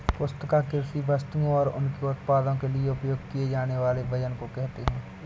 पुस्तिका कृषि वस्तुओं और उनके उत्पादों के लिए उपयोग किए जानेवाले वजन को कहेते है